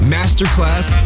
Masterclass